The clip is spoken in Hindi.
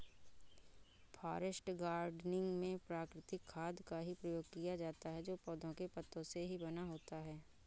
फॉरेस्ट गार्डनिंग में प्राकृतिक खाद का ही प्रयोग किया जाता है जो पौधों के पत्तों से ही बना होता है